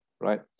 right